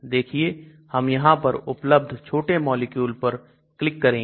देखिए हम यहां पर उपलब्ध छोटे मॉलिक्यूल पर क्लिक करेंगे